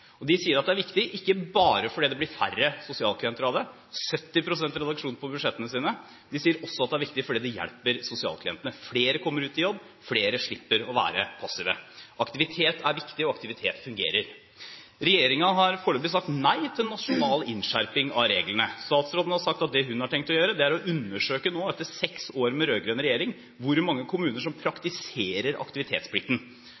De sier at det er viktig, ikke bare fordi det blir færre sosialklienter av det, 70 pst. reduksjon på budsjettene deres, de sier også det er viktig fordi det hjelper sosialklientene. Flere kommer ut i jobb. Flere slipper å være passive. Aktivitet er viktig, og aktivitet fungerer. Regjeringen har foreløpig sagt nei til nasjonal innskjerping av reglene. Statsråden har sagt at det hun har tenkt å gjøre, er nå å undersøke – etter seks år med rød-grønn regjering – hvor mange kommuner som